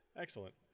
Excellent